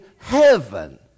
heaven